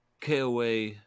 KOA